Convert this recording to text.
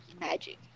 magic